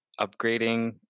upgrading